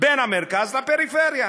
במרכז ובפריפריה,